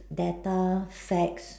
data facts